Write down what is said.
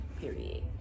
period